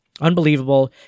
Unbelievable